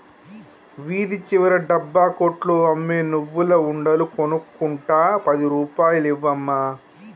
వీధి చివర డబ్బా కొట్లో అమ్మే నువ్వుల ఉండలు కొనుక్కుంట పది రూపాయలు ఇవ్వు అమ్మా